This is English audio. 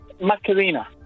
Macarena